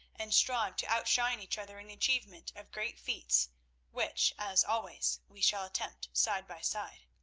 and strive to outshine each other in the achievement of great feats which, as always, we shall attempt side by side.